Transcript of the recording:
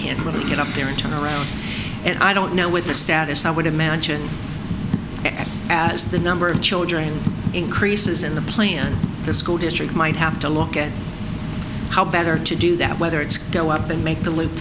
get up there and turn around and i don't know what the status i would imagine as the number of children increases in the plan the school district might have to look at how better to do that whether it's go up and make the loop